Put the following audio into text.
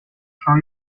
شاید